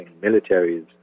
militaries